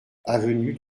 avenue